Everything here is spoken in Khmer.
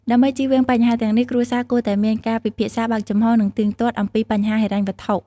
ដើម្បីជៀសវាងបញ្ហាទាំងនេះ គ្រួសារគួរតែមានការពិភាក្សា បើកចំហរ និងទៀងទាត់ អំពីបញ្ហាហិរញ្ញវត្ថុ។